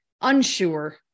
unsure